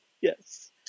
Yes